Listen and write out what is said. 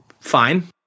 fine